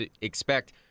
expect